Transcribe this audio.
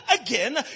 again